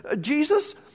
Jesus